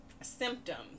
Symptoms